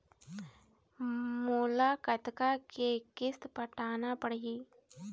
मोला कतका के किस्त पटाना पड़ही?